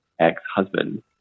ex-husband